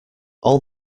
all